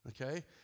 Okay